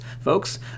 folks